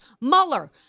Mueller